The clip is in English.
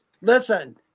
Listen